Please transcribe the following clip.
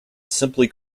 simply